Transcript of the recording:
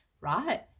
right